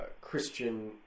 Christian